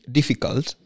difficult